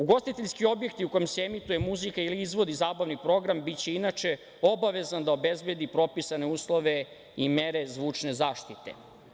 Ugostiteljski objekti u kojima se emituje muzika ili izvodi zabavni program biće inače obavezni da obezbede propisane uslove i mere zvučne zaštite.